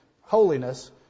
holiness